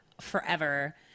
forever